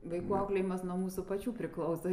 vaikų auklėjimas nuo mūsų pačių priklauso